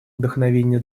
вдохновения